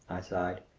i sighed.